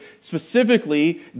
specifically